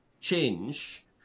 change